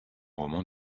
roman